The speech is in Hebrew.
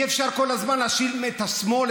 אי-אפשר כל הזמן להאשים את השמאל,